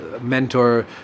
mentor